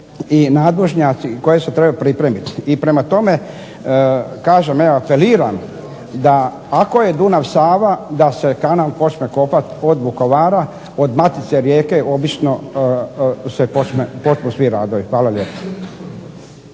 i nadvožnjaci koje se trebaju pripremiti. I prema tome kažem, apeliram da ako je Dunav-Sava da se kanal počne kopati od Vukovara, od matice rijeke obično počnu svi radovi. Hvala lijepo.